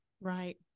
right